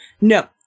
No